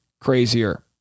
crazier